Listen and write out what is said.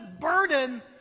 burden